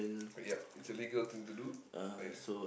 yup it's a legal thing to do ah ya